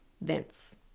Vince